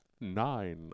nine